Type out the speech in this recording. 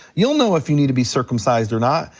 you'll know if you need to be circumcised or not,